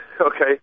okay